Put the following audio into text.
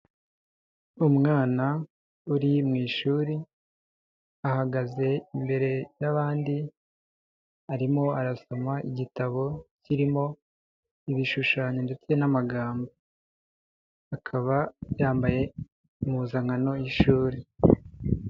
Umwana uri mu ishuri, ahagaze imbere y'abandi, arimo arasoma igitabo kirimo ibishushanyo ndetse n'amagambo, akaba yambaye impuzankano y'ishuri.